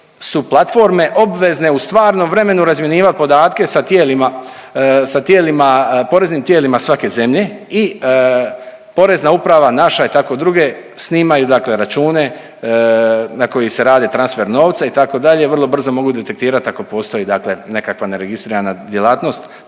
su platforme obvezne u stvarnom vremenu razmjenjivat podatke sa tijelima, sa tijelima, poreznim tijelima svake zemlje i porezna uprava naša, tako i druge, snimaju dakle račune na kojima se radi transfer novca itd., vrlo brzo mogu detektirat ako postoji dakle nekakva neregistrirana djelatnost,